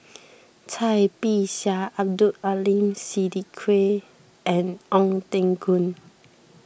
Cai Bixia Abdul Aleem Siddique and Ong Teng Koon